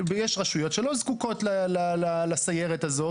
ויש רשויות שלא זקוקות לסיירת הזאת,